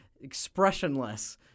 expressionless